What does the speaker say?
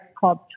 called